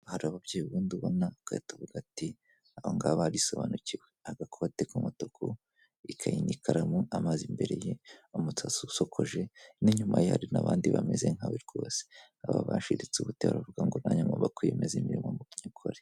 Hari ababyeyi ubundi ubona ugahita uvuga uti aba ngaba barisobanukiwe. Agakote k'umutuku, ikayi n’ikaramu, amazi imbere ye, umusatsi usokoje n'inyuma ye hari n'abandi bameze nkawe rwose. Aba bashiritse ubute baravuga ngo nange ngomba kwiyemeza imirimo nkayikora.